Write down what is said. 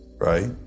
right